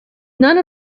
none